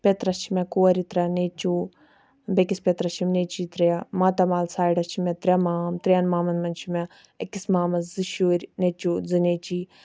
پیٚترَس چھِ مےٚ کورِ ترےٚ نیٚچوٗ بیٚکِس پیٚترَس چھِم نیٚچِی ترٛےٚ ماتامال سایڈَس چھِ مےٚ ترٛےٚ مام ترٛیٚن مامَن مَنٛز چھِ مےٚ أکِس مامَس زٕ شُرۍ نیٚچوٗ زٕ نیٚچی